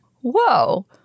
whoa